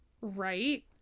Right